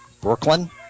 Brooklyn